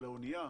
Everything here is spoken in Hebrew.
של האנייה,